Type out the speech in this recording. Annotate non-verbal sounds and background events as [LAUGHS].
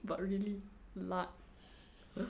[LAUGHS]